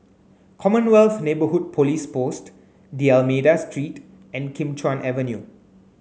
Commonwealth Neighbourhood Police Post D'almeida Street and Kim Chuan Avenue